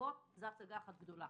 מצגות זה הצגה אחת גדולה.